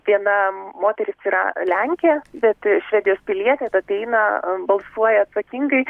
viena moteris yra lenkė bet švedijos pilietė tad ateina balsuoja atsakingai